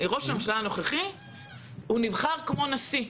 ראש הממשלה הנוכחי נבחר כמו נשיא,